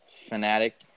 Fanatic